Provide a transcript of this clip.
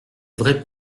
vrais